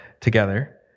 together